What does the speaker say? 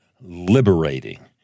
liberating